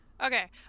Okay